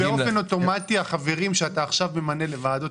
באופן אוטומטי החברים שאתה עכשיו ממנה לוועדות